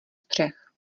střech